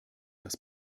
das